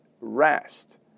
rest